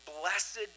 Blessed